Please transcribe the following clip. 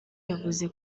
yavuze